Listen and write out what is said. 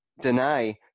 deny